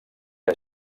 que